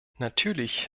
natürlich